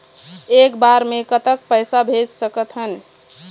एक बार मे कतक पैसा भेज सकत हन?